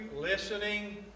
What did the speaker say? listening